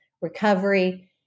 recovery